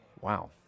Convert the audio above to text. Wow